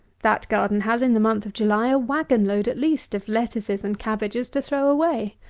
that garden has, in the month of july, a wagon-load, at least, of lettuces and cabbages to throw away.